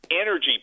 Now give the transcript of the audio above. energy